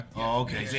okay